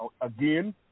again